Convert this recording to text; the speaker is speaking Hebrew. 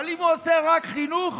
אבל אם הוא עושה רק חינוך,